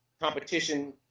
competition